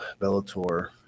Bellator